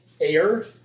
air